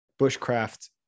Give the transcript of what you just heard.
bushcraft